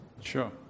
Sure